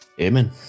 Amen